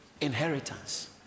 inheritance